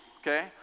okay